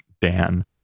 Dan